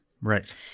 Right